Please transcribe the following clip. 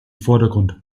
vordergrund